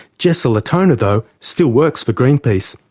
jessa latona, though, still works for greenpeace,